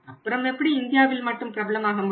அப்புறம் எப்படி இந்தியாவில் மட்டும் பிரபலமாக முடியும்